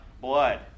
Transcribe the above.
blood